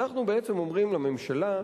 אנחנו בעצם אומרים לממשלה: